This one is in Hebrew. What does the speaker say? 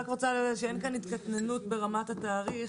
אני רק רוצה לדעת שאין כאן התקטננות ברמת התאריך.